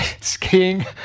skiing